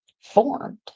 formed